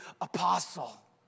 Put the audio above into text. apostle